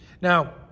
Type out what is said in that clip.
now